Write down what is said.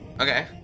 Okay